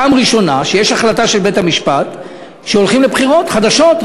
פעם ראשונה שיש החלטה של בית-המשפט שהולכים לבחירות חדשות,